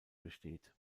besteht